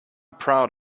proud